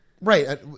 Right